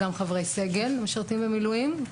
גם חברי סגל משרתים במילואים,